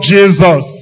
Jesus